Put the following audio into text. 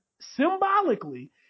symbolically